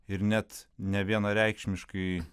ir net nevienareikšmiškai